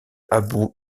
abu